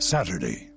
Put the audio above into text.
Saturday